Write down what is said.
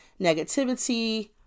negativity